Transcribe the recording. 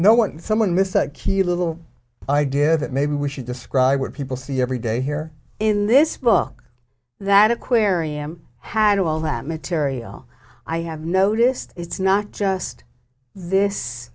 no one someone miss a cute little idea that maybe we should describe what people see every day here in this book that aquarium had all that material i have noticed it's not just this